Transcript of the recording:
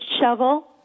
shovel